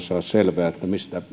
saa selvää mistä